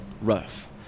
rough